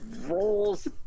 rolls